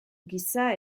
giza